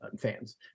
fans